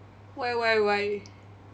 why why why